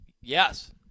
Yes